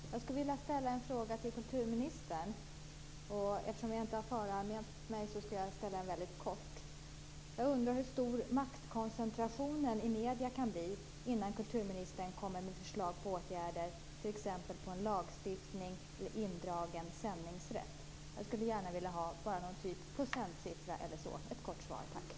Herr talman! Jag skulle vilja ställa en fråga till kulturministern. Eftersom jag inte har föranmält mig skall jag hålla mig väldigt kort. Jag undrar hur stor maktkoncentrationen i medierna kan bli innan kulturministern kommer med förslag till åtgärder, t.ex. i form av en lagstiftning eller indragen sändningsrätt. Jag skulle gärna vilja ha t.ex. en procentsiffra. Ett kort svar räcker.